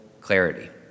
clarity